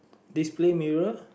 display mirror